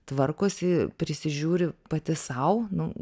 tvarkosi prisižiūri pati sau nu